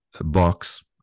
box